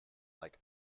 like